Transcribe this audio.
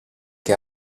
che